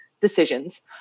decisions